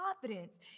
confidence